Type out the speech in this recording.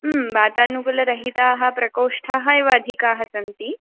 ह्म् वातानुकूलरहिताः प्रकोष्टाः एव अधिकाः सन्ति